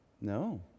No